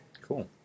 Cool